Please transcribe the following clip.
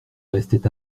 restait